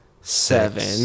seven